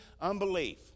unbelief